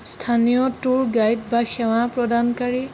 স্থানীয় tour guide বা সেৱা প্ৰদানকাৰী